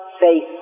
faith